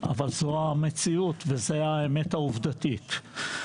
אבל זו המציאות וזו האמת העובדתית.